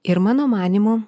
ir mano manymu